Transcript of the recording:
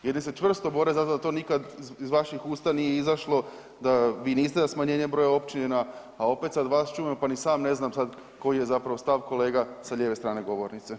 Jedni se čvrsto bore zato da to nikad iz vaših usta nije izašlo da vi niste za smanjenje broja općina, a opet, sad vas čujemo pa ni sam ne znam sad koji je zapravo stav kolega sa lijeve strane govornice.